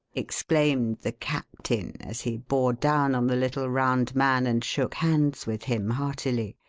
exclaimed the captain as he bore down on the little round man and shook hands with him heartily.